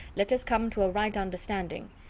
let us come to a right understanding.